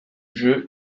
jeu